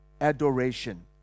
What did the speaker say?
adoration